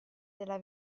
della